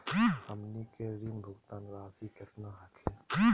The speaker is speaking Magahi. हमनी के ऋण भुगतान रासी केतना हखिन?